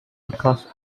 because